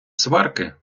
сварки